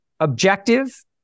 objective